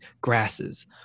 grasses